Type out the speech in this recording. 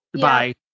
Bye